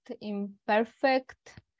imperfect